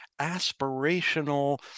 aspirational